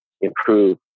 improve